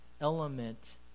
element